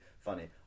Funny